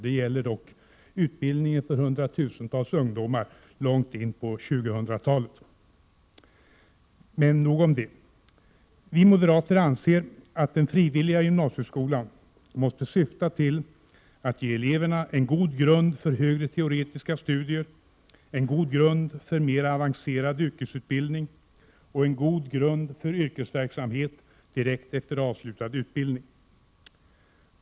Det gäller dock utbildningen för hundratusentals ungdomar långt in på 2000-talet. Vi moderater anser att den frivilliga gymnasieskolan måste syfta till att ge eleverna en god grund för högre teoretiska studier, en god grund för mer avancerad yrkesutbildning och en god grund för yrkesverksamhet direkt efter avslutad utbildning.